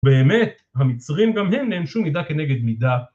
באמת המצרים גם הם נענשו מידה כנגד מידה